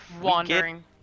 wandering